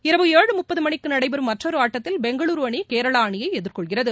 இரவு ஏழு முப்பது மணிக்கு நடைபெறும் மற்றொரு ஆட்டத்தில் பெங்களூருஅணி கேரளா அணியை எதிர்கொள்கிறது